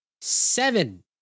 Seven